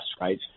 right